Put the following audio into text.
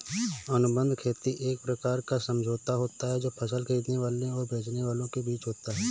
अनुबंध खेती एक प्रकार का समझौता होता है जो फसल खरीदने वाले और बेचने वाले के बीच होता है